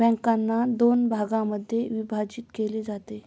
बँकांना दोन भागांमध्ये विभाजित केले जाते